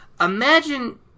Imagine